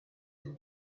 you